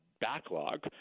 backlog